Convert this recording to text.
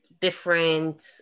different